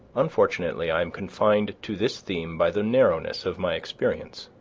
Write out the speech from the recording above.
unfortunately, i am confined to this theme by the narrowness of my experience.